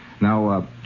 Now